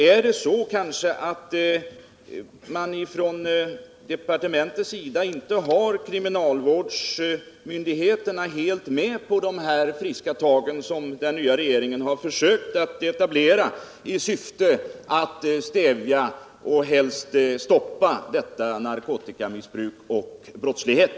Är det kanske så, att departementet inte har kriminalvårdsmyndigheterna helt med på de här friska tagen från den nya regeringen i syfte att stävja och helst stoppa detta narkotikamissbruk och denna brottslighet?